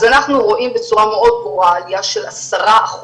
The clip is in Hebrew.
אז אנחנו רואים בצורה מאוד ברורה עלייה של 10%